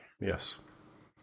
Yes